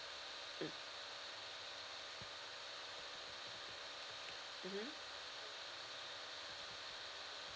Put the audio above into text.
mm mmhmm